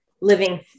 living